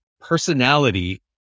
personality